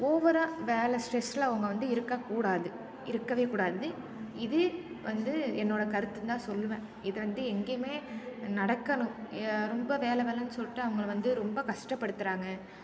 ஓவராக வேலை ஸ்ட்ரெஸ்ல அவங்க வந்து இருக்கக்கூடாது இருக்கவே கூடாது இது வந்து என்னோட கருத்துந்தான் சொல்லுவேன் இதை வந்து எங்கேயுமே நடக்கணும் ரொம்ப வேலை வேலைனு சொல்லிட்டு அவங்களை வந்து ரொம்ப கஷ்டப்படுத்துறாங்க